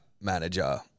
manager